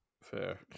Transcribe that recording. fair